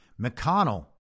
McConnell